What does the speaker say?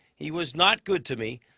he was not good to me.